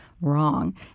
wrong